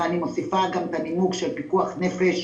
ואני מוסיפה גם את הנימוק של פיקוח נפש,